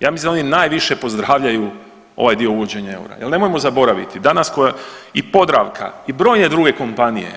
Ja mislim da oni najviše pozdravljaju ovaj dio uvođenja eura jer nemojmo zaboraviti danas i Podravka i brojne druge kompanije